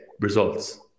results